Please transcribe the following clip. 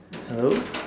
hello